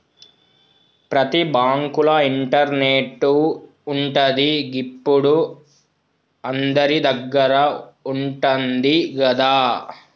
ప్రతి బాంకుల ఇంటర్నెటు ఉంటది, గిప్పుడు అందరిదగ్గర ఉంటంది గదా